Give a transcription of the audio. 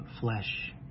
flesh